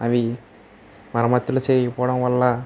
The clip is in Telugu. అవి మరమ్మత్తులు చేయకపోవడం వల్ల